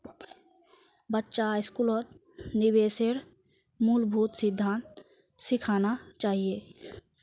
बच्चा स्कूलत निवेशेर मूलभूत सिद्धांत सिखाना चाहिए